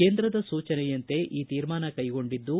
ಕೇಂದ್ರದ ಸೂಚನೆಯಂತೆ ಈ ತೀರ್ಮಾನ ಕೈಗೊಂಡಿದ್ದು